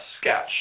sketch